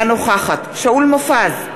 אינה נוכחת שאול מופז,